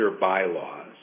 bylaws